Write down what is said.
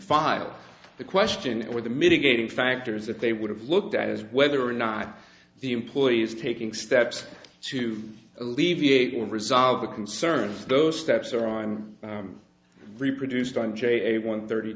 filed the question or the mitigating factors that they would have looked at is whether or not the employees taking steps to alleviate will resolve the concerns those steps are i'm reproduced on j one thirty